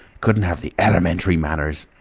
couldn't have the elementary manners